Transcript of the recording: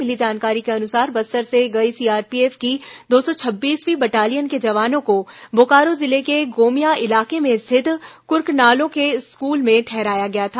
मिली जानकारी के अनुसार बस्तर से गई सीआरपीएफ की दो सौ छब्बीसवीं बटालियन के जवानों को बोकारो जिले के गोमिया इलाके में स्थित कुर्कनालों के स्कूल में ठहराया गया था